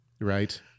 right